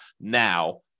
now